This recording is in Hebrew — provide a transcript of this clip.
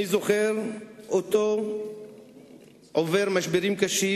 אני זוכר אותו עובר משברים קשים.